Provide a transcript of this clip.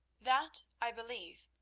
that i believe,